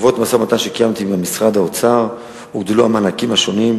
בעקבות משא-ומתן שקיימתי עם משרד האוצר הוגדלו המענקים השונים,